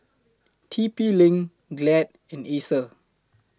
T P LINK Glad and Acer